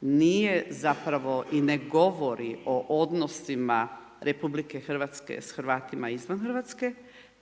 nije zapravo i ne govori o odnosima RH s Hrvatima izvan Hrvatske